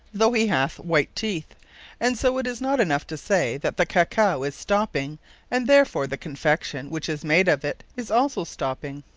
though he hath white teeth and so it is not enough to say, that the cacao is stopping and therefore the confection, which is made of it, is also stopping.